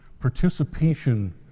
participation